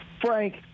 Frank